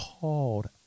called